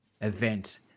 event